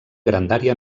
grandària